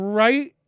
right